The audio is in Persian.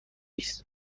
است